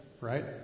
Right